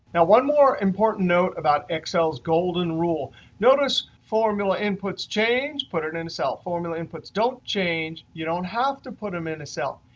now, one more important note about excel's golden rule notice, formula inputs change, put it into a cell. formula inputs don't change, you don't have to put them in a cell.